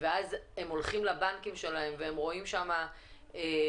ואז הם הולכים לבנקים שלהם ורואים שם נורות